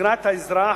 לקראת האזרח,